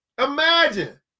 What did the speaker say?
imagine